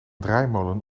draaimolen